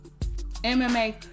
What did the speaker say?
mma